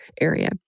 area